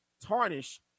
tarnish